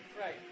Right